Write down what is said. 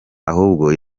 ahubwo